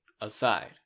aside